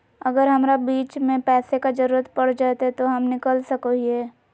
अगर हमरा बीच में पैसे का जरूरत पड़ जयते तो हम निकल सको हीये